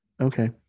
Okay